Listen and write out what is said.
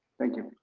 thank you.